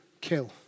kill